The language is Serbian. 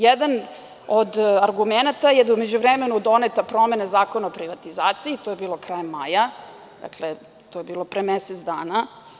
Jedan od argumenata je da je u međuvremenu doneta promena Zakona o privatizaciji, to je bilo krajem maja, to je bilo pre mesec dana.